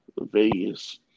Vegas